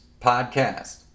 Podcast